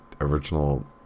original